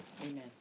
Amen